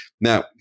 Now